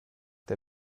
der